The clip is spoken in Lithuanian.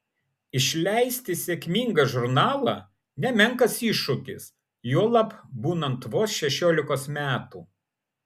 išleisti sėkmingą žurnalą nemenkas iššūkis juolab būnant vos šešiolikos metų